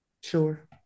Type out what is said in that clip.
Sure